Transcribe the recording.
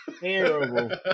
terrible